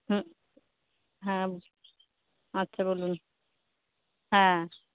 হুম হুম আচ্ছা বলুন হ্যাঁ